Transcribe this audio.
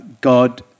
God